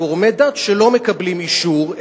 גורמי דת שלא מקבלים אישור,